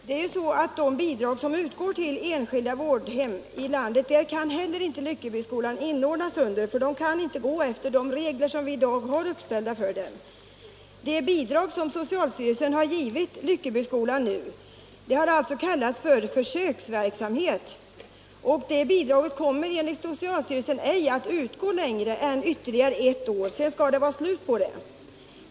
Herr talman! Lyckeboskolan kan inte inordnas under sådana bidragsformer som gäller för enskilda vårdhem här i landet med de regler som nu är uppställda. Det bidrag som socialstyrelsen har beviljat Lyckeboskolan har gällt försöksverksamhet, och bidraget kommer enligt socialstyrelsen inte att 165 utgå längre än ytterligare ett år. Sedan är det slut.